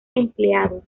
empleados